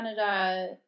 Canada